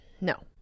No